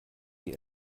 die